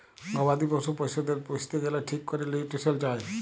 গবাদি পশ্য পশুদের পুইসতে গ্যালে ঠিক ক্যরে লিউট্রিশল চায়